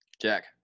Jack